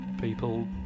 people